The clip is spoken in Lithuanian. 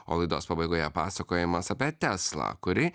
o laidos pabaigoje pasakojimas apie teslą kuri